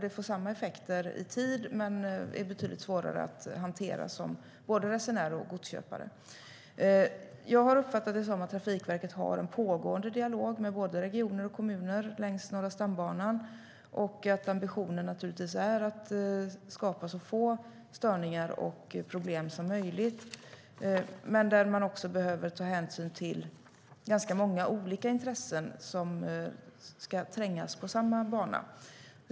Det får samma effekter i tid men är betydligt svårare att hantera både som resenär och som godsköpare. Jag har uppfattat att Trafikverket har en pågående dialog med både regioner och kommuner längs Norra stambanan och att ambitionen är att skapa så få störningar och problem som möjligt. Men man behöver också ta hänsyn till många olika intressen som ska trängas på samma bana.